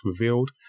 revealed